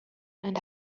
and